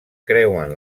creuen